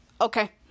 Okay